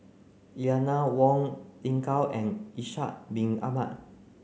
Eleanor Wong Lin Gao and Ishak bin Ahmad